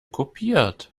kopiert